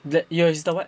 that your sisters what